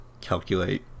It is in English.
calculate